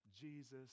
Jesus